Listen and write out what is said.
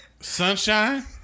Sunshine